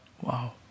Wow